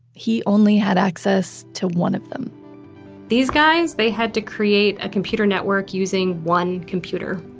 he only had access to one of them these guys, they had to create a computer network using one computer,